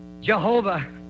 Jehovah